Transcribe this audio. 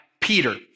Peter